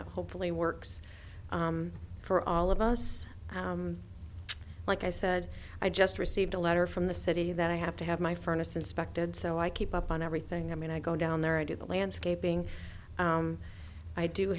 that hopefully works for all of us like i said i just received a letter from the city that i have to have my furnace inspected so i keep up on everything i mean i go down there i do the landscaping i do